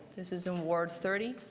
this is in ward thirty.